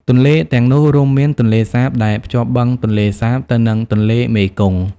ទន្លេទាំងនោះរួមមាន ទន្លេសាប ដែលភ្ជាប់បឹងទន្លេសាបទៅនឹងទន្លេមេគង្គ។